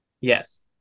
Yes